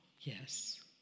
yes